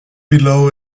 below